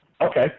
Okay